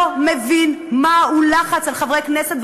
לא מבין מהו לחץ על חברי כנסת.